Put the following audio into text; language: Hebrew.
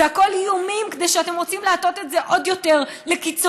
זה הכול איומים כי אתם רוצים להטות את זה עוד יותר לקיצוניות.